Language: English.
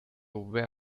where